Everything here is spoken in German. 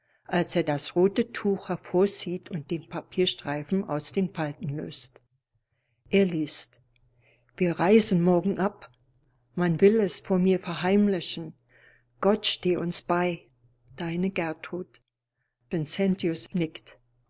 als er das rote tuch hervorzieht und den papierstreifen aus den falten löst er liest wir reisen morgen ab man will es vor mir verheimlichen gott steh uns bei deine gertrud vincentius